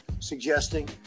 suggesting